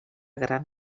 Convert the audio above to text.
gran